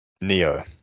Neo